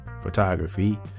photography